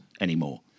anymore